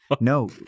no